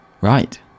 right